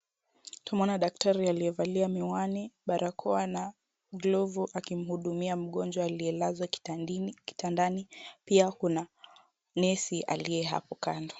Tunaona daktari aliyevalia miwani, barakoa na glovu akimhudumia mgonjwa aliyelazwa kitandani pia kuna nesi aliye hapo kando.